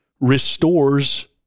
restores